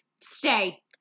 Stay